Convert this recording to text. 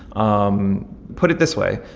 um put it this way.